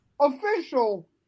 official